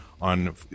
on